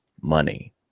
money